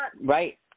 Right